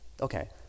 okay